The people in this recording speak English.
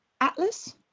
atlas